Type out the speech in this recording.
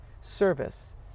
service